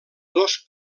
dos